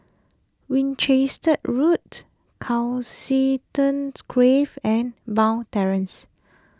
Winchester Road Grove and Bond Terrace